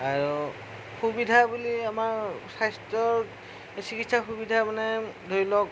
আৰু সুবিধা বুলি আমাৰ স্বাস্থ্যৰ চিকিৎসাৰ সুবিধা মানে ধৰিলওক